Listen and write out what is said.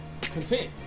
content